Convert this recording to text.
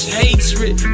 hatred